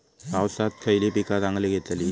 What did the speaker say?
पावसात खयली पीका चांगली येतली?